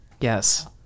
Yes